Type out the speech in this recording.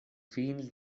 vins